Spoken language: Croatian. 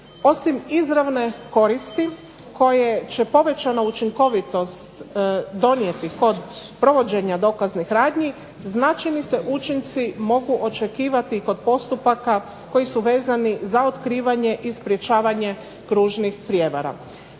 Osim izravne koristi koje će povećana učinkovitost donijeti kod provođenja dokaznih radnji značajni se učinci mogu očekivati kod postupaka koji su vezani za otkrivanje i sprječavanje kružnih prijevara.